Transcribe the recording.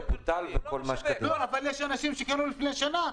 אבל יש אנשים שגם לפני שנה.